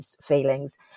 feelings